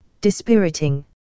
dispiriting